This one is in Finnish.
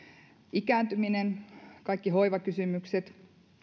ikääntyminen kaikki hoivakysymykset